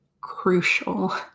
crucial